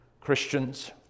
Christians